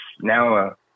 now